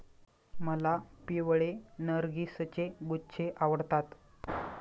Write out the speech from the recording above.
मला पिवळे नर्गिसचे गुच्छे आवडतात